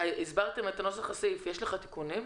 הסברתם את נוסח הסעיף, יש לך תיקונים?